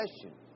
question